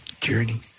Journey